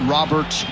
Robert